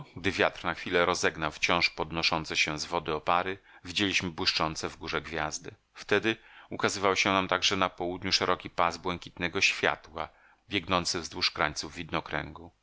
wiatr na chwilę rozegnał wciąż podnoszące się z wody opary widzieliśmy błyszczące w górze gwiazdy wtedy ukazywał się nam także na południu szeroki pas błękitnego światła biegnący wzdłuż krańców widnokręgu dziwiło nas to